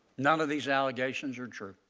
none of these allegations are